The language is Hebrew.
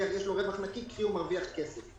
כשיש לו רווח נקי, קרי: הוא מרוויח כסף.